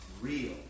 real